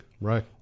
Right